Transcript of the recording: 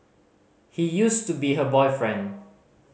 he used to be her boyfriend